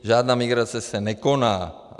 Žádná migrace se nekoná.